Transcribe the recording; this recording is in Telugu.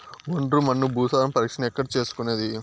ఒండ్రు మన్ను భూసారం పరీక్షను ఎక్కడ చేసుకునేది?